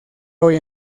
hoy